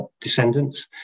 descendants